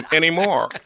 anymore